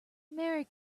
merry